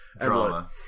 Drama